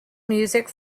music